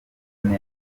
neza